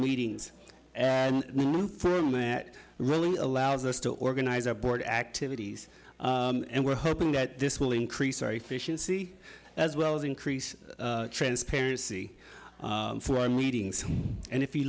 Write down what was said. meetings and that really allows us to organize our board activities and we're hoping that this will increase our efficiency as well as increase transparency for our meetings and if you